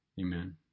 amen